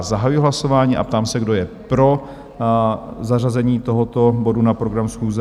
Zahajuji hlasování a ptám se, kdo je pro zařazení tohoto bodu na program schůze?